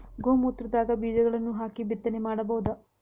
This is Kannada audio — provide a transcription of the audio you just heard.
ಗೋ ಮೂತ್ರದಾಗ ಬೀಜಗಳನ್ನು ಹಾಕಿ ಬಿತ್ತನೆ ಮಾಡಬೋದ?